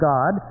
God